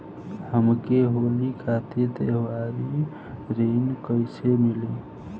हमके होली खातिर त्योहारी ऋण कइसे मीली?